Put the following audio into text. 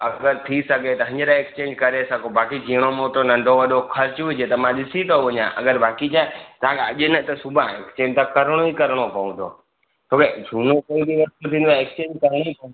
अगरि थी सघे त हींअर एक्सचेंज करे सघो बाक़ी जीणो मोटो नंढो वॾो खर्च हुजे त मां ॾिसी थो वञा अगरि बाक़ी छा आहे तव्हां अॼ न त सुभाणे एक्सचेंज त करिणो ई करिणो पवंदो छो लाइ जूनो थींदो आहे एक्सचेंज कराइणो ई पवंदो आहे